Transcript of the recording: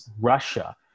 Russia